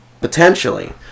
potentially